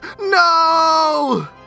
no